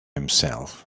himself